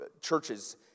churches